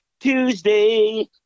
Tuesday